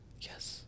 Yes